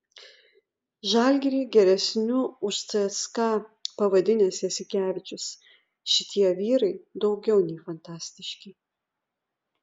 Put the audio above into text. žalgirį geresniu už cska pavadinęs jasikevičius šitie vyrai daugiau nei fantastiški